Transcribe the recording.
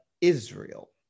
Israel